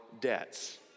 debts